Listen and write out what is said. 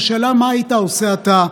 השאלה היא מה היית עושה אתה,